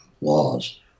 laws